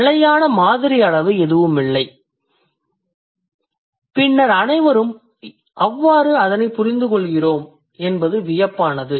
நிலையான மாதிரி அளவு எதுவும் இல்லை பின்னர் அனைவரும் எவ்வாறு அதனைப் புரிந்துகொள்கிறோம் என்பது வியப்பானது